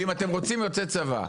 ואם אתם רוצים, יוצאי צבא.